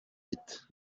vite